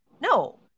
No